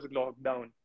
lockdown